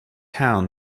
town